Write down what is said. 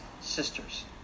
sisters